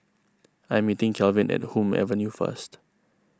I am meeting Kalvin at Hume Avenue first